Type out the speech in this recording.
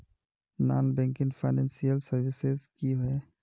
Non banking financial services की होय?